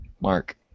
Mark